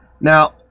Now